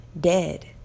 dead